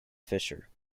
fisher